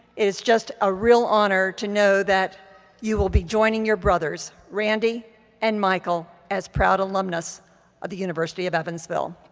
it's just a real honor to know that you will be joining your brothers, randy and michael, as proud alumnus of the university of evansville.